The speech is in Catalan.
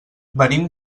venim